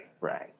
right